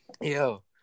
yo